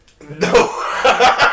no